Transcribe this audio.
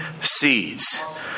seeds